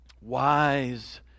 Wise